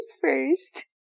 first